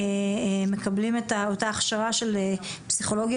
מקבלים את אותה הכשרה של פסיכולוגיה